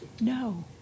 no